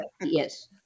Yes